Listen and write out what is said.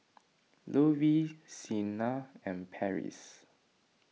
Lovey Siena and Parrish